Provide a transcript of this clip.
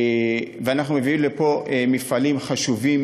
ואנחנו מביאים לפה מפעלים חשובים,